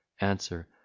Answer